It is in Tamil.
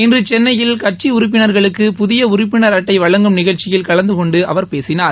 இன்று சென்னையில் கட்சி உறுப்பினா்களுக்கு புதிய உறுப்பினா் அட்டை வழங்கும் நிகழ்ச்சியில் கலந்து கொண்டு அவர் பேசினார்